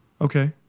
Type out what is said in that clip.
Okay